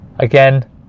Again